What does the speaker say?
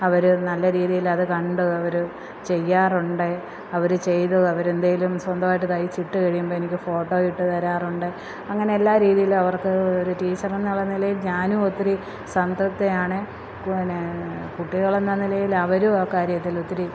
അവര് നല്ല രീതിയിലത് കണ്ട് അവര് ചെയ്യാറുണ്ട് അവര് ചെയ്തു അവര് എന്തേലും സ്വന്തമായിട്ട് തയിച്ചിട്ട് കഴിയുമ്പം എനിക്ക് ഫോട്ടോ ഇട്ട് തരാറുണ്ട് അങ്ങനെ എല്ലാ രീതിയിലും അവര്ക്ക് ഒര് ടീച്ചർ എന്നുള്ള നിലയിൽ ഞാനും ഒത്തിരി സംതൃപ്തയാണ് കൂ ന്നെ കുട്ടികളെന്ന നിലയില് അവരും ആ കാര്യത്തിൽ ഒത്തിരി